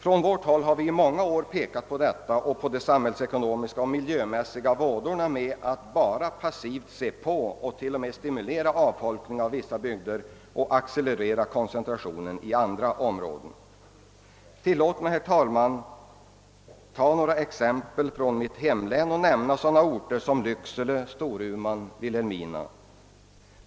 Från vårt håll har vi i många år pekat på de samhällsekonomiska och miljömässiga vådorna av att bara passivt se på och t.o.m. stimulera avfolkning av vissa bygder och accelerera takten i koncentrationen till andra områden. Tillåt mig, herr talman, att anföra några exempel från mitt hemlän och nämna sådana orter som Lycksele, Storuman och Vilhelmina.